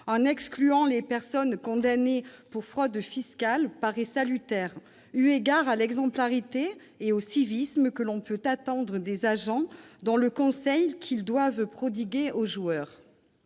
en excluant les personnes condamnées pour fraude fiscale, paraît salutaire eu égard à l'exemplarité et au civisme que l'on peut attendre des agents dans le conseil qu'ils doivent prodiguer aux joueurs.